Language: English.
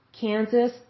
Kansas